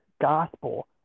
gospel